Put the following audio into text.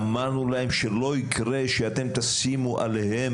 אמרנו להם: שלא יקרה שאתם תשימו עליהם,